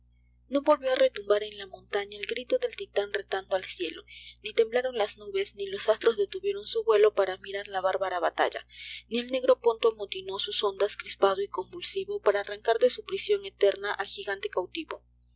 no volvió á retumbar en la montana el grito del titan retando al cielo ni temblaron las nubes ni los astros detuvieron su vuelo para mirar la bárbara batalla ni el negro ponto amotinó sus ondas crispado y convulsivo para arrancar de su prision eterna al gigante cautivo